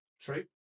true